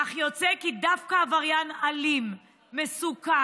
כך יוצא כי דווקא עבריין אלים ומסוכן,